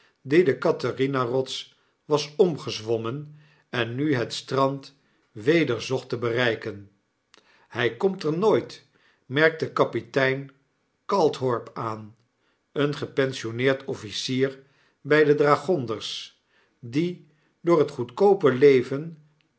de catnerina-rots was omgezwommen en nu het strand weder zocht te bereiken hy komt er nooit merkte kapitein calthorp aan een gepensioneerd officier bij de dragonders die door het goedkoope leven